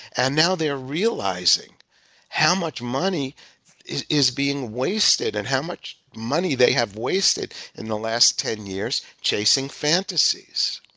and now they are realizing how much money is is being wasted and how much money they have wasted in the last ten years chasing fantasies.